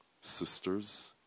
sisters